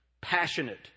passionate